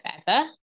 forever